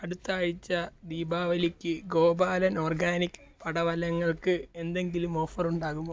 അടുത്ത ആഴ്ച്ച ദീപാവലിക്ക് ഗോപാലൻ ഓർഗാനിക് പടവലങ്ങക്ക് എന്തെങ്കിലും ഓഫർ ഉണ്ടാകുമോ